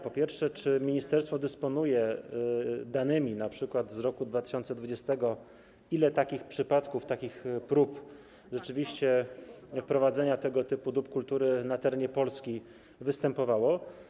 Po pierwsze: Czy ministerstwo dysponuje danymi na przykład z roku 2020, ile takich przypadków, ile rzeczywiście takich prób wprowadzenia tego typu dóbr kultury na terenie Polski występowało?